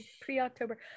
Pre-October